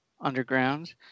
underground